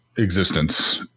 existence